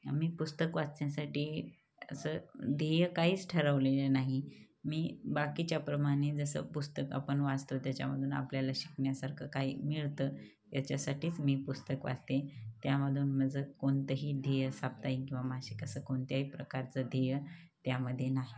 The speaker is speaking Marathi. मी पुस्तक वाचनासाठी असं ध्येय काहीच ठरवलेलं नाही मी बाकीच्याप्रमाणे जसं पुस्तक आपण वाचतो त्याच्यामधून आपल्याला शिकण्यासारखं काही मिळतं याच्यासाठीच मी पुस्तक वाचते त्यामधून माझं कोणतही ध्येय साप्ताहीक किंवा मासिक असं कोणत्याही प्रकारचं ध्येय त्यामध्ये नाही